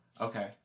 Okay